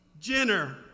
Jenner